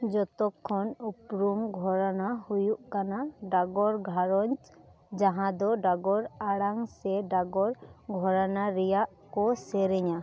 ᱡᱚᱛᱚ ᱠᱷᱚᱱ ᱩᱯᱨᱩᱢ ᱜᱷᱚᱨᱟᱱᱟ ᱦᱩᱭᱩᱜ ᱠᱟᱱᱟ ᱰᱟᱜᱚᱨ ᱜᱷᱟᱨᱚᱸᱡᱽ ᱡᱟᱦᱟᱸ ᱫᱚ ᱰᱟᱜᱚᱨ ᱟᱲᱟᱝ ᱥᱮ ᱰᱟᱜᱚᱨ ᱜᱷᱚᱨᱟᱱᱟ ᱨᱮᱭᱟᱜᱼᱟ ᱠᱚ ᱥᱮᱨᱮᱧᱟ